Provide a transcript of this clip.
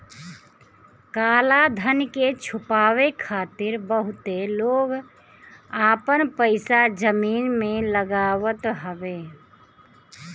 काला धन के छुपावे खातिर बहुते लोग आपन पईसा जमीन में लगावत हवे